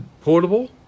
portable